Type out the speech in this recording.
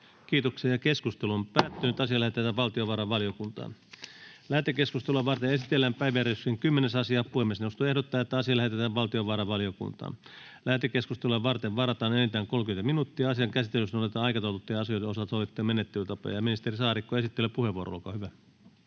arvonlisäverolain muuttamisesta Time: N/A Content: Lähetekeskustelua varten esitellään päiväjärjestyksen 10. asia. Puhemiesneuvosto ehdottaa, että asia lähetetään valtiovarainvaliokuntaan. Lähetekeskustelua varten varataan enintään 30 minuuttia. Asian käsittelyssä noudatetaan aikataulutettujen asioiden osalta sovittuja menettelytapoja. — Ministeri Saarikko, esittelypuheenvuoro, olkaa hyvä.